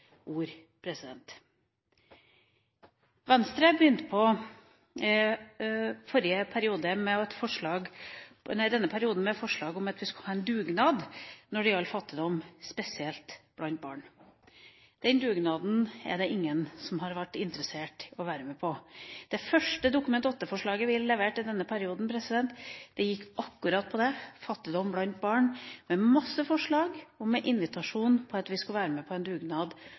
Venstre begynte denne perioden med et forslag om at vi skulle ha en dugnad når det gjaldt fattigdom, spesielt blant barn. Den dugnaden er det ingen som har vært interessert i å være med på. Det første Dokument 8-forslaget vi leverte i denne perioden, gikk akkurat på det – fattigdom blant barn – med masse forslag og med invitasjon til å være med på en dugnad